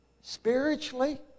spiritually